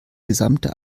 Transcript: gesamte